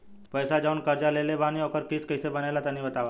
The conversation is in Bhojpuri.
पैसा जऊन कर्जा लेले बानी ओकर किश्त कइसे बनेला तनी बताव?